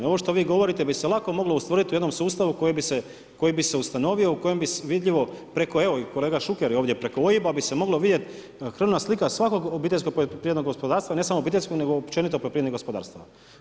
Ovo što vi govorite bi se lako moglo ustvrditi u jednom sustavu koji bi se ustanovio, u kojem bi vidljivo preko evo i kolega Šuker je ovdje, preko OIB-a bi se moglo vidjeti krvna slika svakog obiteljskog poljoprivrednog gospodarstva, ne samo obiteljskog, nego općenito poljoprivrednih gospodarstava.